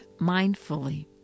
mindfully